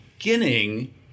beginning